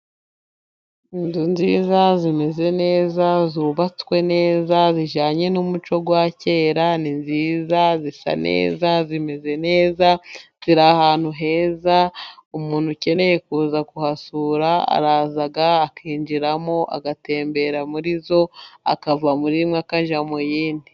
Inzu nziza zimeze neza zubatswe neza, zijyanye n'umuco wa kera ni nziza zisa neza, zimeze neza, ziri ahantu heza, umuntu ukeneye kuza kuhasura, araza akinjiramo agatembera muri zo, akava muri imwe akajya mu yindi.